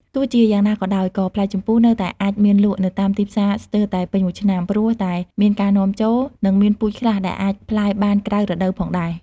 ទោះជាយ៉ាងណាក៏ដោយ ក៏ផ្លែជម្ពូនៅតែអាចមានលក់នៅតាមទីផ្សារស្ទើរតែពេញមួយឆ្នាំ ព្រោះតែមានការនាំចូល និងមានពូជខ្លះដែលអាចផ្លែបានក្រៅរដូវផងដែរ។